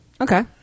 Okay